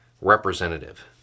Representative